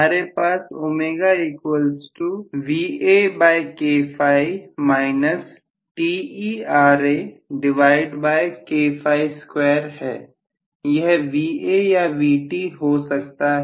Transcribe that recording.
हमारे पास है यह Va या Vt हो सकता है